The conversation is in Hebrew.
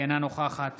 אינה נוכחת